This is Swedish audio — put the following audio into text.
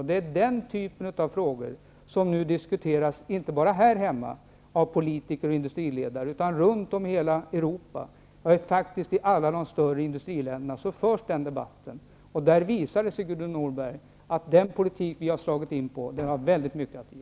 Det är den typen av frågor som nu diskuteras av politiker och industriledare, inte bara här hemma utan runt om i hela Europa. I alla de större industriländerna förs nu den debatten, och där visar det sig att den politik som vi har slagit in på har väldigt mycket att ge.